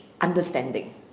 understanding